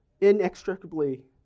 Inextricably